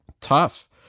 tough